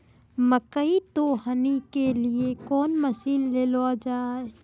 मकई तो हनी के लिए कौन मसीन ले लो जाए?